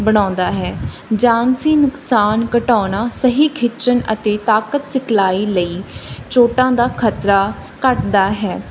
ਬਣਾਉਂਦਾ ਹੈ ਜਿਣਸੀ ਨੁਕਸਾਨ ਘਟਾਉਣਾ ਸਹੀ ਖਿੱਚਣ ਅਤੇ ਤਾਕਤ ਸਿਖਲਾਈ ਲਈ ਚੋਟਾਂ ਦਾ ਖਤਰਾ ਘਟਦਾ ਹੈ